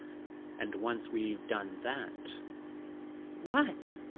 and once we've done that what?